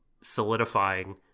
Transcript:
solidifying